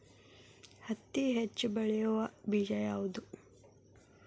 ಹತ್ತಿ ಹೆಚ್ಚ ಬೆಳೆಯುವ ಬೇಜ ಯಾವುದು?